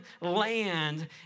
land